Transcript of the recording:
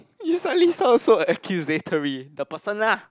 you suddenly sound so accusatory the person lah